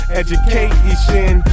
education